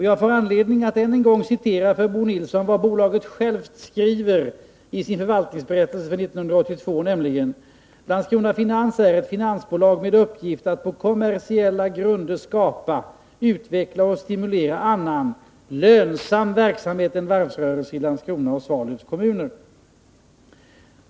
Jag får anledning att än en gång citera för Bo Nilsson vad bolaget självt skriver i sin förvaltningsberättelse för 1982, nämligen: ”Landskrona Finans är ett finansbolag med uppgift att på kommersiella grunder skapa, utveckla och stimulera annan lönsam verksamhet än varvsrörelse i Landskrona och Svalövs kommuner”.